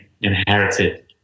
inherited